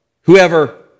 Whoever